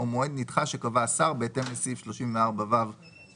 או מועד נדחה שקב השר בהתאם לסעיף 34ו(ג);